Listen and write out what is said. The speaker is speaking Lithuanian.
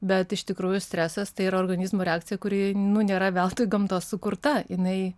bet iš tikrųjų stresas tai yra organizmo reakcija kuri nu nėra veltui gamtos sukurta jinai